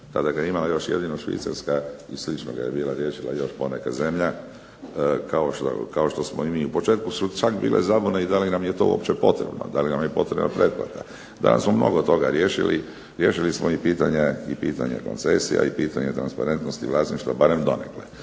Tada ga je imala još jedino Švicarska i slično ga je bila riješila još poneka zemlja, kao što smo i mi. U početku su čak bile i zabune i da li nam je to uopće potrebno? Da li nam je potrebna pretplata? Danas smo mnogo toga riješili. Riješili smo i pitanje koncesija i pitanje transparentnosti vlasništva barem donekle.